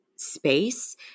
space